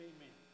Amen